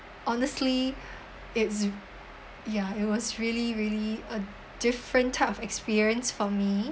honestly it's ya it was really really a different type of experience for me